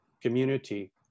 community